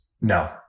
No